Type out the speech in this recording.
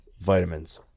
vitamins